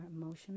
emotional